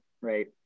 right